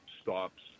stops